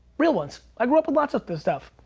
real ones, i grew up with lots of this stuff.